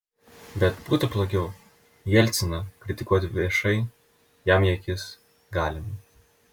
bet būtų blogiau jelciną kritikuoti viešai jam į akis galima